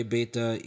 Beta